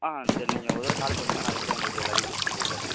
ஆ சரி நீங்கள் ஒரு தடவ கால் பண்ணுங்க நான் அது உங்களுக்கு எல்லா டீடெயில்ஸ் கொடுத்தறேன்